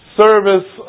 service